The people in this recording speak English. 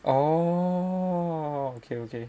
oh okay okay